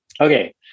Okay